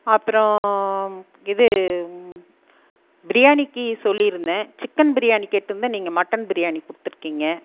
அப்புறம் இது பிரியாணிக்கு சொல்லியிருந்தேன் சிக்கன் பிரியாணி கேட்டிருந்தேன் நீங்கள் மட்டன் பிரியாணி கொடுத்துருக்கிங்க